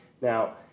Now